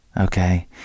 Okay